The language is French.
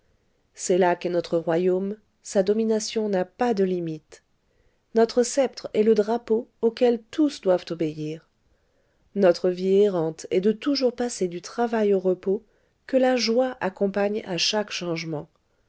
c'est là qu'est notre royaume sa domination n'a pas de limites notre sceptre est le drapeau auquel tous doivent obéir notre vie errante est de toujours passer du travail au repos que la joie accompagne à chaque changement